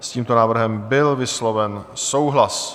S tímto návrhem byl vysloven souhlas.